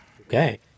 Okay